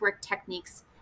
techniques